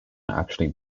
actually